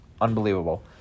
Unbelievable